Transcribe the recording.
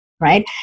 right